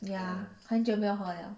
ya 很久没喝 liao